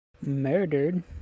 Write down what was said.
Murdered